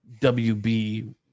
WB